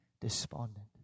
despondent